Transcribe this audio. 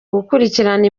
gukurikirana